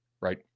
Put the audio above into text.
right